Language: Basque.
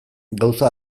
gauza